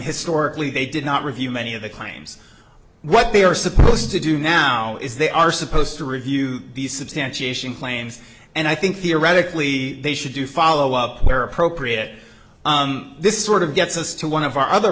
historically they did not review many of the claims what they are supposed to do now is they are supposed to review these substantiation claims and i think theoretically they should do follow up where appropriate this sort of gets us to one of our other